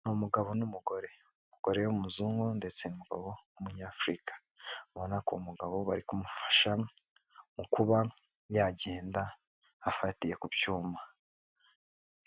Ni umugabo n'umugore. Umugore w'umuzungu ndetse n'umugabo w'umunyafurika, ubona ko umugabo bari kumufasha mu kuba yagenda afatiye ku cyuma.